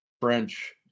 French